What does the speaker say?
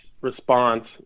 response